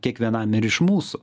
kiekvienam iš mūsų